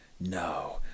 no